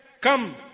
come